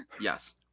Yes